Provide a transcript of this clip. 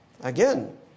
Again